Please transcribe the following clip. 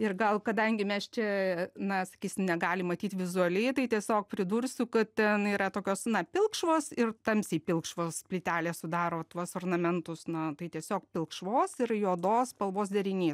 ir gal kadangi mes čia na sakysim negalim matyt vizualiai tai tiesiog pridursiu kad ten yra tokios na pilkšvos ir tamsiai pilkšvos plytelės sudaro tuos ornamentus na tai tiesiog pilkšvos ir juodos spalvos derinys